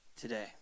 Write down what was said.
today